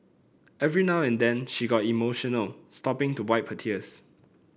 every now and then she got emotional stopping to wipe her tears